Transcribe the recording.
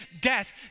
death